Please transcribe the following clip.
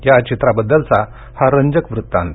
या चित्राबद्दलचा हा रंजक वृत्तांत